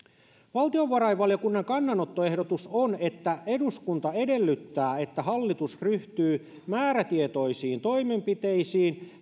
valtiovarainvaliokunnan kannanottoehdotus on että eduskunta edellyttää että hallitus ryhtyy määrätietoisiin toimenpiteisiin